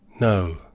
No